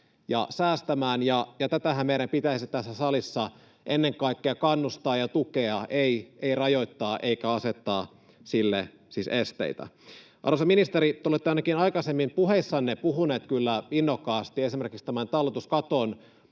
ja säästämään. Tätähän meidän pitäisi tässä salissa ennen kaikkea kannustaa ja tukea, ei rajoittaa eikä asettaa sille siis esteitä. Arvoisa ministeri, te olette ainakin aikaisemmin puheissanne puhunut kyllä innokkaasti esimerkiksi talletuskaton